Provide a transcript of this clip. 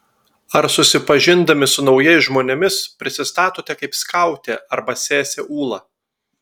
ar susipažindami su naujais žmonėmis prisistatote kaip skautė arba sesė ūla